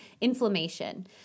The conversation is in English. inflammation